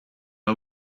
are